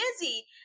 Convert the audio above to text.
busy